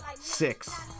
Six